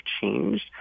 changed